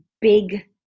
big